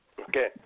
Okay